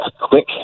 quick